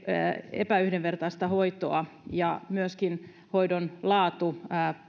epäyhdenvertaista hoitoa ja myöskin hoidon laatu